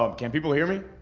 ah can people hear me,